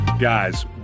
Guys